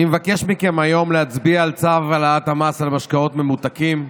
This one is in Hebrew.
אני מבקש מכם היום להצביע על צו העלאת המס על משקאות ממותקים.